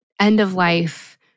end-of-life